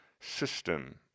system